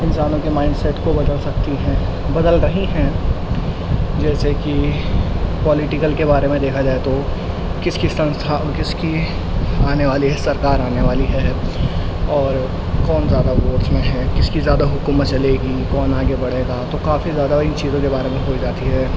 انسانوں کے مائنڈسیٹ کو بدل سکتی ہیں بدل رہی ہیں جیسے کہ پولیٹیکل کے بارے میں دیکھا جائے تو کس کس سنستھا کس کی آنے والی ہے سرکار آنے والی ہے اور کون زیادہ ووٹ میں ہے کس کی زیادہ حکومت چلے گی کون آگے بڑھے گا تو کافی زیادہ ان چیزوں کے بارے میں ہوئی جاتی ہے